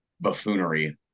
buffoonery